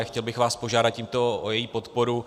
Chtěl bych vás požádat tímto o její podporu.